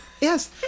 Yes